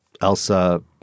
Elsa